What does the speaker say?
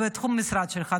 בתחום המשרד שלך,